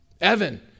Evan